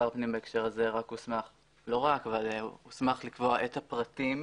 שר הפנים בהקשר הזה הוסמך לקבוע את הפרטים,